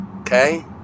okay